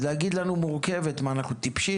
אז להגיד לנו מורכבת מה, אנחנו טיפשים?